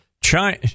China